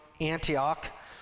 Antioch